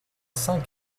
cinq